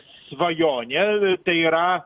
svajonė tai yra